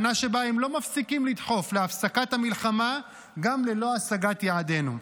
שנה שבה הם לא מפסיקים לדחוף להפסקת המלחמה גם ללא השגת יעדינו,